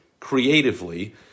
creatively